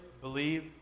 believe